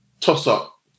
toss-up